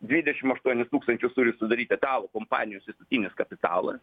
dvidešim aštuonis tūkstančius turi sudaryti tavo kompanijos įstatinis kapitala